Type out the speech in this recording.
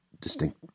distinct